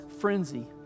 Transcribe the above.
frenzy